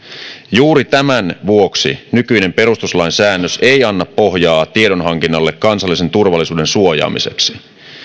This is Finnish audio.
juuri tämän vuoksi nykyinen perustuslain säännös ei anna pohjaa tiedonhankinnalle kansallisen turvallisuuden suojaamiseksi